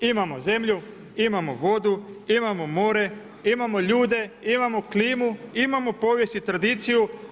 Imamo zemlju, imamo vodu, imamo more, imamo ljude, imamo klimu, imamo povijest i tradiciju.